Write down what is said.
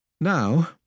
Now